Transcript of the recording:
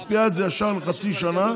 מקפיאה את זה ישר לחצי שנה